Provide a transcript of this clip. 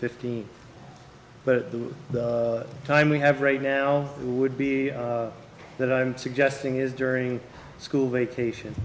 fifteen but the time we have right now would be that i'm suggesting is during school vacation